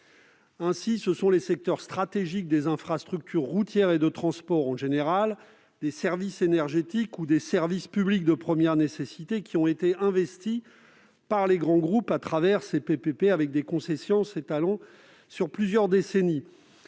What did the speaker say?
Ainsi, ce sont les secteurs stratégiques des infrastructures routières et de transport en général, des services énergétiques ou des services publics de première nécessité qui ont été investis par les grands groupes au travers de ces PPP, avec des concessions s'étalant sur plusieurs décennies.